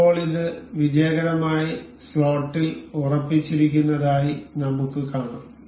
ഇപ്പോൾ ഇത് വിജയകരമായി സ്ലോട്ടിൽ ഉറപ്പിച്ചിരിക്കുന്നതായി നമുക്ക് കാണാം